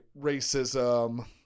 racism